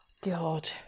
God